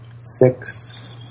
six